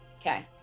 Okay